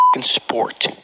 sport